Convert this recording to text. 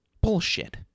Bullshit